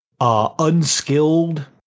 unskilled